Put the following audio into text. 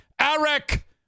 Eric